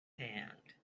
hand